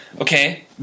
Okay